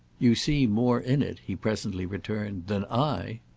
you see more in it, he presently returned, than i.